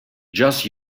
just